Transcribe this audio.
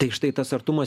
tai štai tas artumas